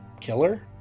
killer